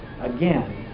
again